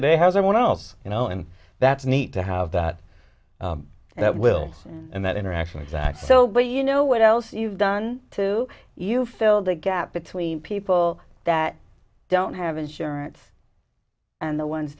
today has anyone else you know and that's neat to have that that will and that interaction exactly so but you know what else you've done to you fill the gap between people that don't have insurance and the ones